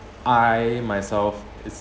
I myself is